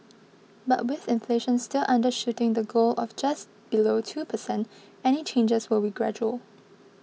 but with inflation still undershooting the goal of just below two per cent any changes will be gradual